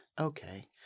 okay